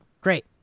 great